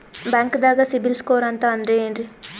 ಬ್ಯಾಂಕ್ದಾಗ ಸಿಬಿಲ್ ಸ್ಕೋರ್ ಅಂತ ಅಂದ್ರೆ ಏನ್ರೀ?